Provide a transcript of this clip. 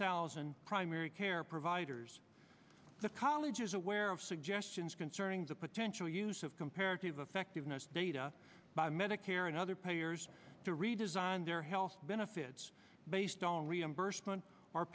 thousand primary care providers the college is aware of suggestions concerning the potential use of comparative effectiveness data by medicare and other payers to redesign their health benefits based on reimbursement